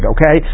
Okay